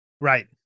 Right